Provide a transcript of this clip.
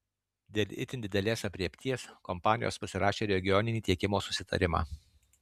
dėl itin didelės aprėpties kompanijos pasirašė regioninį tiekimo susitarimą